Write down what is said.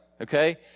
Okay